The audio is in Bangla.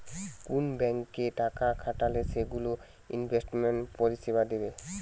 কুন ব্যাংকে টাকা খাটালে সেগুলো ইনভেস্টমেন্ট পরিষেবা দিবে